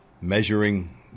measuring